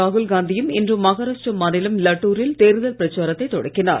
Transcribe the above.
ராகுல் காந்தியும் இன்று மகாராஷ்ட்ர மாநிலம் லட்டுரில் தேர்தல் பிரச்சாரத்தை தொடக்கினார்